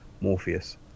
morpheus